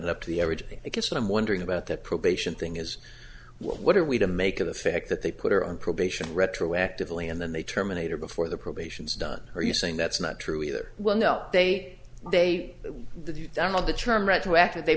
that up the average i guess what i'm wondering about the probation thing is what are we to make of the fact that they put her on probation retroactively and then they terminate her before the probations done are you saying that's not true either well no they they